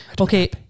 Okay